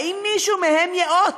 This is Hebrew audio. האם מישהו מהם ייאות